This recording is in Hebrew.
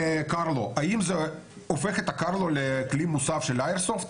לקרלו - האם זה הופך את הקרלו לכלי מוסב של האיירסופט?